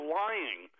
lying